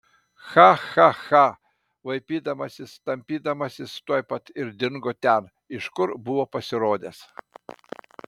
cha cha cha vaipydamasis tampydamasis tuoj pat ir dingo ten iš kur buvo pasirodęs